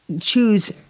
choose